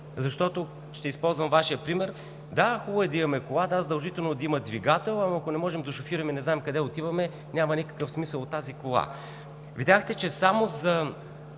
имаме. Ще използвам Вашия пример – да, хубаво е да имаме кола, да, задължително е да има двигател, но ако не можем да шофираме и не знаем къде отиваме, няма никакъв смисъл от тази кола. Видяхте, че с